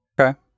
Okay